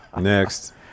Next